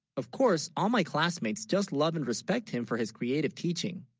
of course all my classmates just love and respect. him for his creative teaching